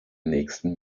nächsten